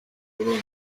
burundi